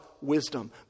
wisdom